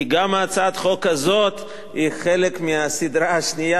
כי גם הצעת החוק הזאת היא חלק מהסדרה השנייה